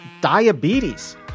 diabetes